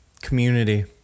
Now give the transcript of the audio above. Community